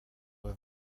have